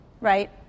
right